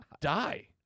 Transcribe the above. die